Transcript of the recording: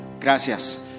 Gracias